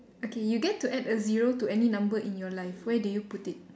okay you get to add a zero to any number in your life where do you put it